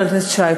חבר הכנסת שי,